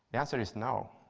the answer is no.